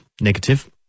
negative